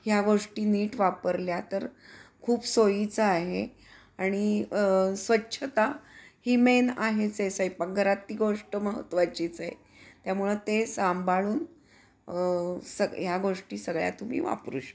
ह्या गोष्टी नीट वापरल्या तर खूप सोयीचं आहे आणि स्वच्छता ही मेन आहेच आहे स्वयंपाकघरात ती गोष्ट महत्त्वाचीच आहे त्यामुळं ते सांभाळून सग ह्या गोष्टी सगळ्या तुम्ही वापरू शकता